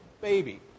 baby